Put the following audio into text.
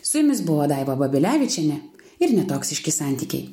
su jumis buvo daiva babilevičienė ir netoksiški santykiai